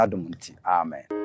Amen